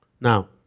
Now